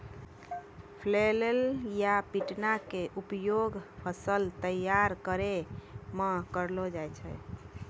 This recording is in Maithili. फ्लैल या पिटना के उपयोग फसल तैयार करै मॅ करलो जाय छै